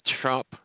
Trump